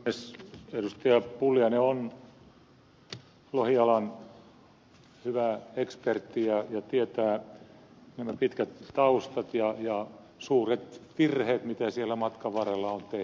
pulliainen on lohialan hyvä ekspertti ja tietää nämä pitkät taustat ja suuret virheet mitä siellä matkan varrella on tehty